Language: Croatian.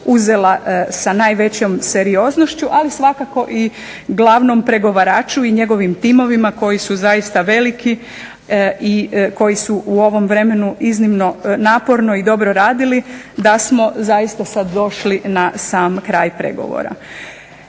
uzela sa najvećom serioznošću. Ali svakako i glavnom pregovaraču i njegovim timovima koji su zaista veliki i koji su u ovom vremenu iznimno naporno i dobro radili da smo zaista sad došli na sam kraj pregovora.